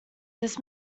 this